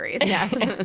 Yes